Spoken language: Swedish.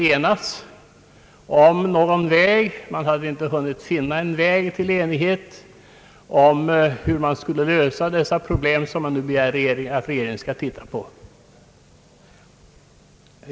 Han sade nämligen att man inte hade kunnat enas om någon väg att lösa de problem som man nu skall be att regeringen utreder.